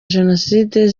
jenoside